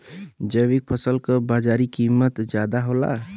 जैविक फसल क बाजारी कीमत ज्यादा होला